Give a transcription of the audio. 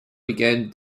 began